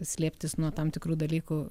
slėptis nuo tam tikrų dalykų